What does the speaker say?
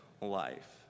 life